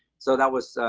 so that was,